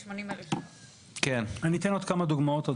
אני אתן עוד כמה דוגמאות: